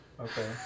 Okay